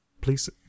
please